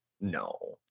No